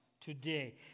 today